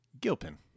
Gilpin